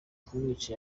kumwica